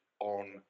on